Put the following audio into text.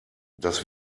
das